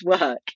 work